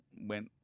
Went